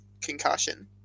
concussion